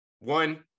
one